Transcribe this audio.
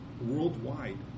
worldwide